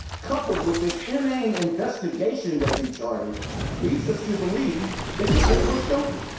coupled with this inane investigation that you chartered leads us to believe that you think we're stupid.